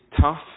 tough